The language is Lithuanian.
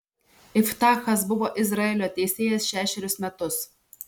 iftachas buvo izraelio teisėjas šešerius metus